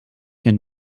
can